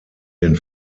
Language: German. den